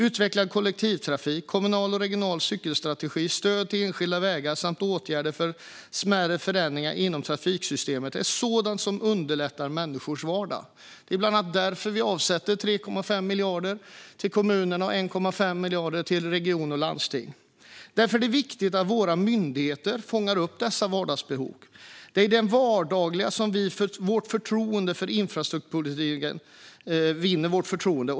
Utvecklad kollektivtrafik, kommunal och regional cykelstrategi, stöd till enskilda vägar samt åtgärder för smärre förändringar inom trafiksystemet är sådant som underlättar människors vardag. Det är bland annat därför som vi avsätter 3,5 miljarder kronor till kommunerna och 1,5 miljarder kronor till regioner och landsting. Därför är det viktigt att våra myndigheter fångar upp dessa vardagsbehov. Det är i det vardagliga som vi vinner förtroende för infrastrukturpolitiken.